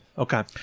Okay